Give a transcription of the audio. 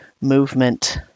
movement